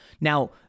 Now